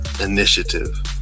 initiative